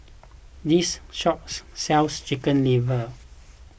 this shop sells Chicken Liver